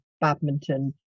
badminton